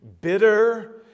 bitter